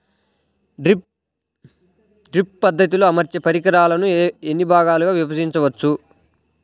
Drip పద్ధతిలో అమర్చే పరికరాలను ఎన్ని భాగాలుగా విభజించవచ్చు?